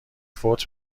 فوت